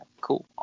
cool